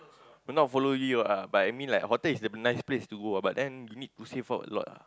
not follow you ah but I mean like hotel is a nice place to go ah but then you need to save up a lot ah